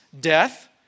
death